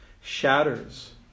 shatters